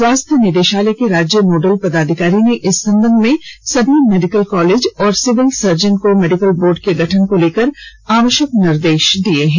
स्वास्थ्य निदेशालय के राज्य नोडल पदाधिकारी ने इस संबंध में सभी मेडिकल कॉलेज और सिविल सर्जन को मेडिकल बोर्ड के गठन को लेकर आवश्यक निर्देश दिए हैं